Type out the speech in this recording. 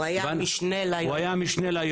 הוא היה המשנה ליועצת.